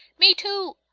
me too,